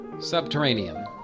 Subterranean